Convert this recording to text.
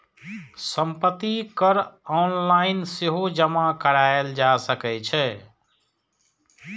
संपत्ति कर ऑनलाइन सेहो जमा कराएल जा सकै छै